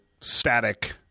static